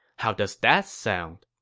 how does that sound?